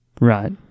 Right